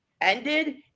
ended